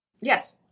Yes